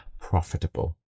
profitable